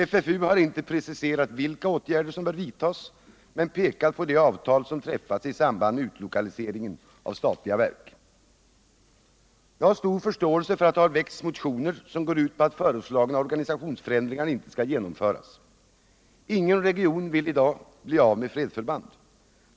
FFU har inte preciserat vilka åtgärder som bör vidtas men pekar på det avtal som träffats i samband med utlokaliseringen av statliga verk. Jag har stor förståelse för att det har väckts motioner som går ut på att föreslagna organisationsförändringar inte skall genomföras. Ingen region vill i dag bli av med fredsförband.